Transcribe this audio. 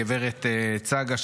גברת צגה,